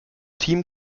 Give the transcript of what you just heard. team